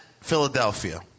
Philadelphia